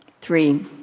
Three